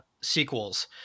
sequels